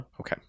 Okay